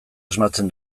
asmatzen